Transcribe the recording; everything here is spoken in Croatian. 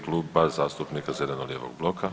Kluba zastupnika zeleno-lijevog bloka.